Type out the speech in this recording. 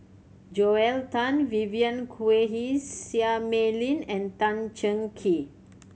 Joel Tan Vivien Quahe Seah Mei Lin and Tan Cheng Kee